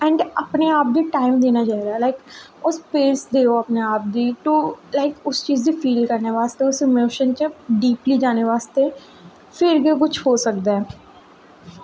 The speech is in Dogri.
ऐंड अपने आप गी टाईम देना चाहिदा लाईक ओह् स्पेस देओ अपने आप गी टू लाईक उस चीज़ गी फील करने बास्तै इस इमोशन च डीपली जाने बास्तै फिर गै कुछ हो सकदा ऐ